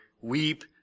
weep